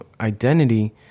identity